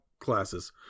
classes